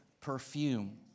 perfume